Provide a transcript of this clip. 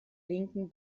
linken